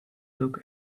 took